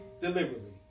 deliberately